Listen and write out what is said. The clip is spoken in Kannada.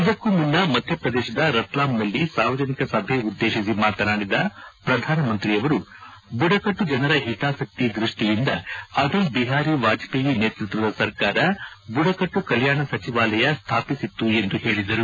ಇದಕ್ಕೂ ಮುನ್ನ ಮಧ್ಯಪ್ರದೇಶದ ರತ್ನಾಮ್ನಲ್ಲಿ ಸಾರ್ವಜನಿಕ ಸಭೆ ಉದ್ದೇಶಿಸಿ ಮಾತನಾಡಿದ ಪ್ರಧಾನಿ ಅವರು ಬುಡಕಟ್ಟು ಜನರ ಹಿತಾಸಕ್ತಿ ದೃಷ್ಟಿಯಿಂದ ಅಟಲ್ ಬಿಹಾರಿ ವಾಜಪೇಯಿ ನೇತೃತ್ವದ ಸರ್ಕಾರ ಬುಡಕಟ್ಟು ಕಲ್ಯಾಣ ಸಚಿವಾಲಯ ಸ್ಥಾಪಿಸಿತ್ತು ಎಂದು ಹೇಳಿದರು